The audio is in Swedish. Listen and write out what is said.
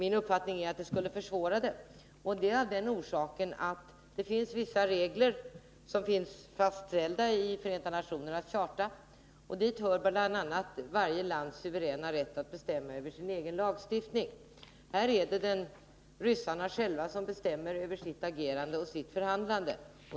Min uppfattning är att det skulle försvåra den, och det är av den orsaken att vissa regler är fastställda i Förenta nationernas charta. Dit hör bl.a. varje lands suveräna rätt att bestämma över sin egen lagstiftning. Här är det ryssarna själva som bestämmer över sitt agerande och sitt förhandlande.